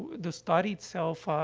the study itself,